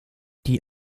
die